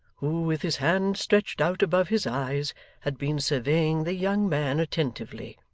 who with his hand stretched out above his eyes had been surveying the young man attentively,